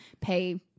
pay